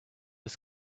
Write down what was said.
his